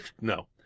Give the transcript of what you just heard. No